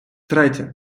третє